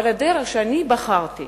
אבל הדרך שאני בחרתי